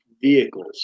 vehicles